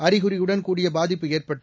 அறிகுறியுடன் கூடிய பாதிப்பு ஏற்பட்டு